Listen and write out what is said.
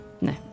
No